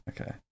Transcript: Okay